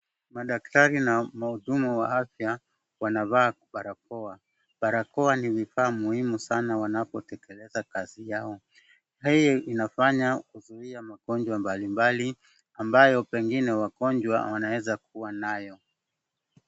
Madaktari na mahudumu wa afya wanavaa barakoa. Barakoa ni vifaa muhimu sana wanapotekeleza kazi yao. Hii inafanya kuzuia magonjwa mbalimbali ambayo pengine wagonjwa wanaeza kuwa nayo.